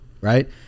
Right